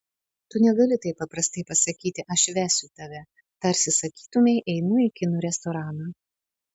tu negali taip paprastai pasakyti aš vesiu tave tarsi sakytumei einu į kinų restoraną